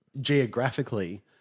geographically